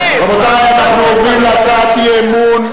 רבותי, אנחנו עוברים להצעת אי-אמון: